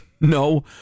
No